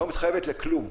היא לא מתחייבת לכלום.